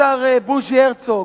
השר בוז'י הרצוג.